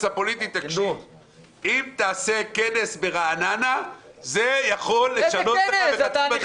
הפוליטי: אם תעשה כנס ברעננה זה יכול לשנות את הבחירות